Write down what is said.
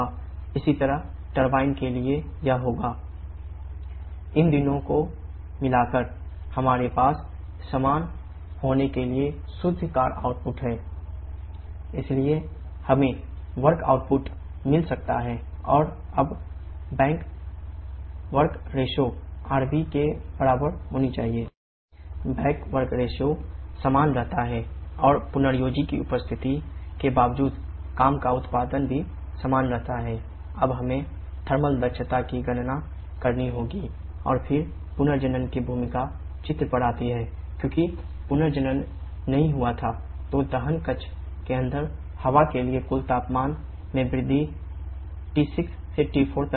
इसी तरह टरबाइन के लिए यह होगा 𝑊𝑡 2 𝑐𝑝 671863 𝑘𝐽𝑘𝑔 इन दोनों को मिलाकर हमारे पास समान होने के लिए शुद्ध कार्य आउटपुट है 𝑊𝑛𝑒𝑡 𝑊𝑡 − 𝑊𝑐 463165 𝑘𝐽𝑘𝑔 इसलिए हमें वर्क आउटपुट rbके बराबर होना चाहिए rbWcWt0311 बैक वर्क रेशो के अंदर हवा के लिए कुल तापमान में वृद्धि T6 से T4 तक होगी